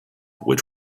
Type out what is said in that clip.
which